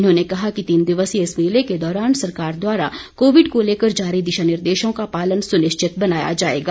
उन्होंने कहा कि तीन दिवसीय इस मेले के दौरान सरकार द्वारा कोविड को लेकर जारी दिशा निर्देशों का पालन सुनिश्चित बनाया जाएगा